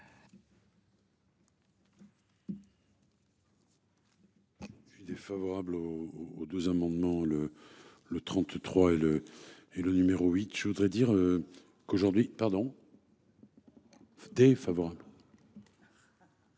Je suis défavorable aux deux amendements le le 33 et le et le numéro 8. Je voudrais dire. Qu'aujourd'hui pardon. Défavorable.